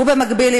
ובמקביל,